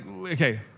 okay